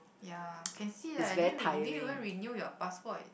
ya can see lah did you did you even renew your passport